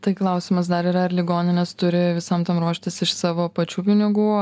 tai klausimas dar yra ar ligoninės turi visam tam ruoštis iš savo pačių pinigų